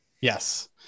Yes